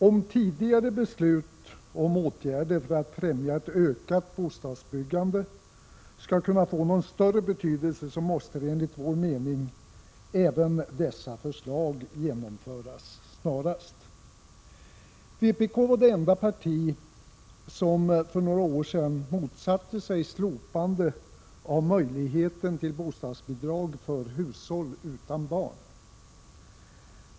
Om tidigare beslut om åtgärder för att främja ett ökat bostadsbyggande skall kunna få någon större betydelse måste enligt vår mening även dessa förslag genomföras snarast. Vpk var det enda parti som för några år sedan motsatte sig att man skulle ta bort möjligheterna till bostadsbidrag för hushåll utan barn.